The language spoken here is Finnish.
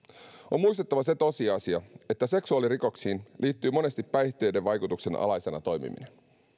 on muistettava se tosiasia että seksuaalirikoksiin liittyy monesti päihteiden vaikutuksen alaisena toimiminen uhrin